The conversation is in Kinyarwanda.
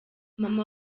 mama